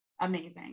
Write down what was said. amazing